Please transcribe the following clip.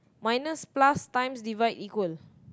minus plus times divide equal